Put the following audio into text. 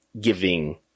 giving